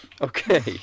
Okay